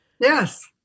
Yes